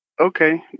Okay